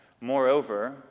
Moreover